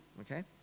okay